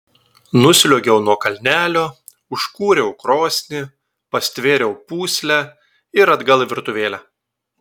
nusliuogiau nuo kalnelio užkūriau krosnį pastvėriau pūslę ir atgal į virtuvėlę